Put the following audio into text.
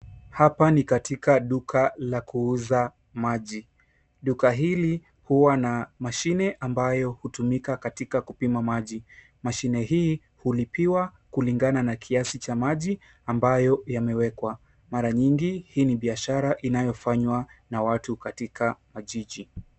Hapa ni katika duka la kuuza maji. Duka hili huwa na mashine ambayo hutumika katika kupima maji. Mashine hii hulipiwa kulingana na kiasi cha maji ambayo yamewekwa. Mara nyingi hii ni biashara inayofanywa na watu katika majiji.